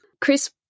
Chris